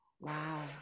Wow